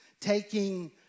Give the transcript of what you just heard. Taking